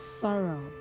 sorrow